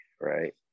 right